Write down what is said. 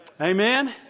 Amen